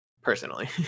personally